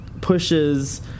pushes